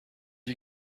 you